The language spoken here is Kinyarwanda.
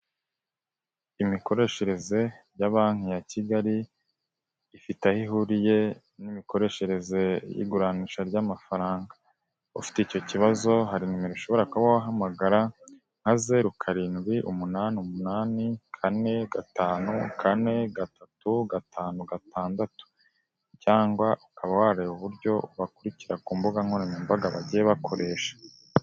Imikoreshereze ya banki ya Kigali ifite aho ihuriye n'imikoreshereze y'iguranisha ry'amafaranga. Ufite icyo kibazo hari inimero ushobora kuba wahamagara nka zeru, karindwi, umunani, umunani, kane, gatanu, kane, gatatu, gatanu, gatandatu. Cyangwa ukaba wareba uburyo ubakurikira ku mbuga nkoranyambaga bagiye bakoresha.